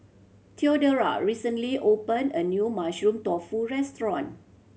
Theodora recently open a new Mushroom Tofu restaurant